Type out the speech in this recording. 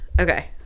Okay